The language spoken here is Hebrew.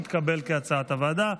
כהצעת הוועדה,